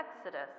Exodus